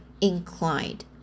inclined